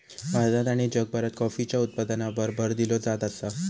भारतात आणि जगभरात कॉफीच्या उत्पादनावर भर दिलो जात आसा